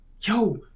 yo